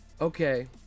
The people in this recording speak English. okay